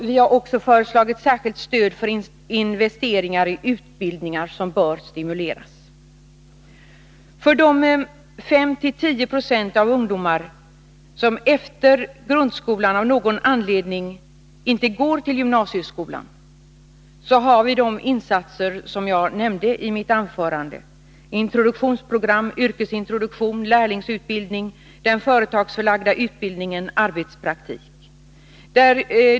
Vi har också föreslagit särskilt stöd för investeringar i utbildningar som bör stimuleras. För de 5-10 20 av ungdomarna som efter grundskolan av någon anledning inte går till gymnasieskolan har vi de insatser som jag nämnde i mitt anförande: introduktionsprogram, yrkesintroduktion, lärlingsutbildning, den företagsförlagda utbildningen, arbetspraktik.